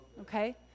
Okay